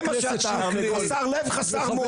זה מה שאתה, חסר לב וחסר מוח.